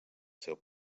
seu